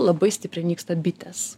labai stipriai nyksta bitės